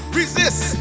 resist